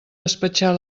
despatxar